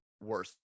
worse